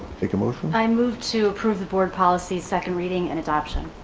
taken motion. i moved to approve the board policies second reading and adoption.